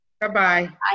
Bye-bye